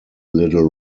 little